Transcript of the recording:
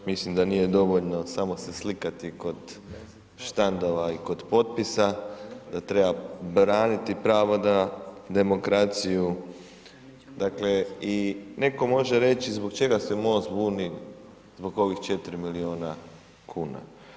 Mislim da nije dovoljno samo se slikati kod štandova i kod potpisa, da treba braniti pravo na demokraciju, dakle i neko može reći zbog čega se MOST buni zbog ovih 4 miliona kuna.